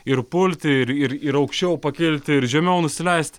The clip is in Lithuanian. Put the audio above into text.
ir pulti ir ir ir aukščiau pakilti ir žemiau nusileist